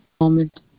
moment